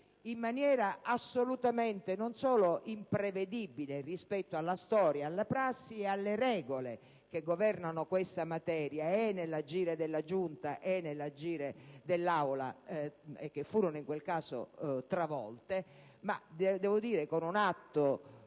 in maniera assolutamente non solo imprevedibile rispetto alla storia, alla prassi e alle regole che governano questa materia nell'agire della Giunta e nell'agire dell'Aula che furono in quel caso travolte, ma anche - devo dire - con un atto